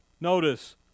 Notice